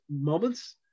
moments